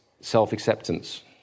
self-acceptance